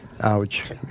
Ouch